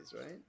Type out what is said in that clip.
right